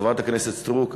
וחברת הכנסת סטרוק,